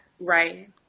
Right